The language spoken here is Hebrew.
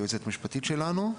היועצת המשפטית שלנו.